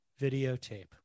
videotape